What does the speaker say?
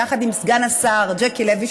יחד עם סגן השר ז'קי לוי,